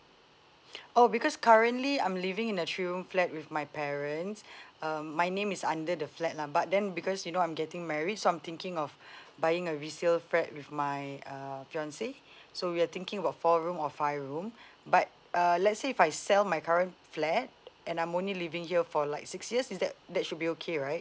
oh because currently I'm living in a three room flat with my parents um my name is under the flat lah but then because you know I'm getting married so I'm thinking of buying a resale flat with my uh fiancé so we're thinking about four room or five room but uh let's say if I sell my current flat and I'm only living here for like six years is that that should be okay right